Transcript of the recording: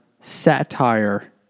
satire